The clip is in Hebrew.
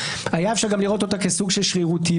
היה אפשר לראות אותה גם כסוג של שרירותיות.